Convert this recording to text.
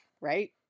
right